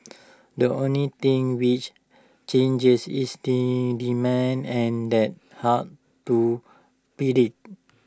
the only thing which changes is demand and hard to predict